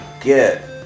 get